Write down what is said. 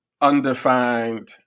undefined